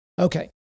Okay